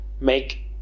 make